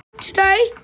Today